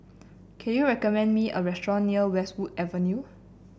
can you recommend me a restaurant near Westwood Avenue